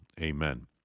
Amen